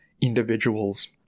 individuals